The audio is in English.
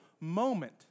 moment